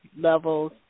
levels